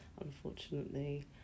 unfortunately